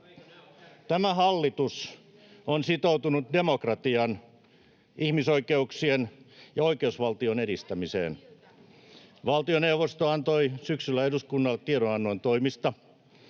Tämä hallitus on sitoutunut demokratian, ihmisoikeuksien ja oikeusvaltion edistämiseen. Valtioneuvosto antoi syksyllä eduskunnalle tiedonannon toimista,